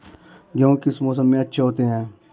गेहूँ किस मौसम में अच्छे होते हैं?